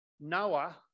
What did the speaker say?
Noah